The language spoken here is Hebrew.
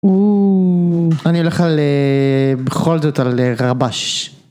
אני הולך על בכל זאת על רבש.